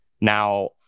Now